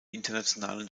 internationalen